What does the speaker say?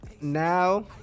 Now